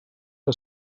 que